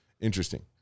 interesting